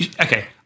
okay